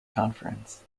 conference